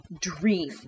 dream